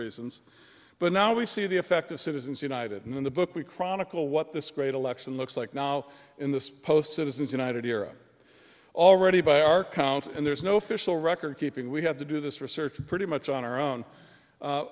reasons but now we see the effect of citizens united in the book we chronicle what this great election looks like now in the post citizens united era already by our count and there is no official record keeping we had to do this research pretty much on our own